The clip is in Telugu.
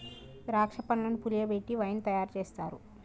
ద్రాక్ష పండ్లను పులియబెట్టి వైన్ తయారు చేస్తారు